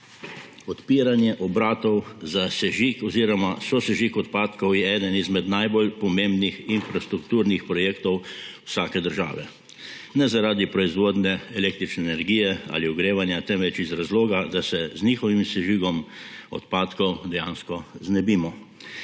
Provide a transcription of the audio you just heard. Odpiranje obratov za sežig oziroma sosežig odpadkov je eden izmed najbolj pomembnih infrastrukturnih projektov vsake države, ne zaradi proizvodnje električne energije ali ogrevanja, temveč iz razloga, da se s sežigom odpadkov dejansko znebimo.